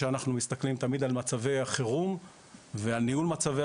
שאנחנו מסתכלים תמיד על מצבי החירום ועל ניהולם.